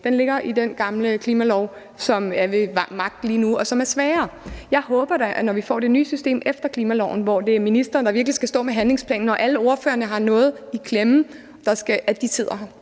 Den ligger i den gamle klimalov, som er ved magt lige nu, og som er svagere. Når vi får det nye system efter klimaloven, hvor det er ministeren, der virkelig skal stå med handlingsplanen, og hvor alle ordførerne har noget i klemme, håber jeg